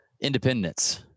independence